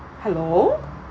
hello